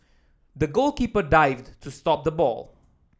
the goalkeeper dived to stop the ball